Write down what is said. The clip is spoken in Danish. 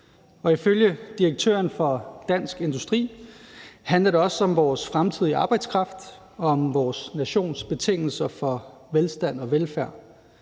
Og ifølge direktøren for Dansk Industri handler det også om vores fremtidige arbejdskraft og om vores nations betingelser for velstand og velfærd,